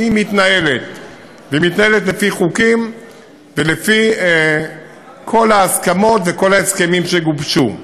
מתנהלת לפי חוקים ולפי כל ההסכמות וכל ההסכמים שגובשו.